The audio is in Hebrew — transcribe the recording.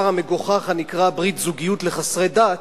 המגוחך הנקרא "ברית זוגיות לחסרי דת",